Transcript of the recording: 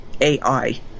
AI